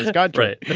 got right.